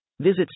visit